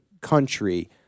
country